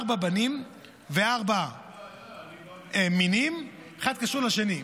יש לנו ארבעה בנים וארבעה מינים, אחד קשור לשני.